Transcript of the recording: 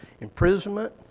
imprisonment